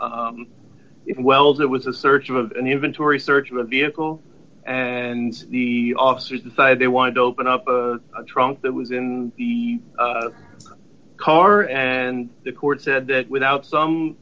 well there was a search of an inventory search of a vehicle and the officers decided they wanted to open up a trunk that was in the car and the court said that without some